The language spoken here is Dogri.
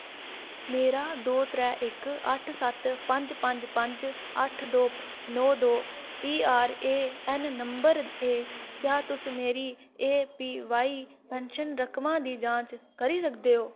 मेरा दो त्रै इक अट्ठ सत्त पंज पंज पंज अट्ठ दो नौ दो पीआरएऐन्न नंबर ऐ क्या तुस मेरी एपीवाई पैन्शन रकमा दी जांच करी सकदे ओ